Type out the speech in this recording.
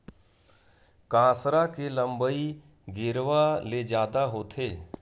कांसरा के लंबई गेरवा ले जादा होथे